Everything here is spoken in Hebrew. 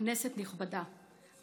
כנסת נכבדה,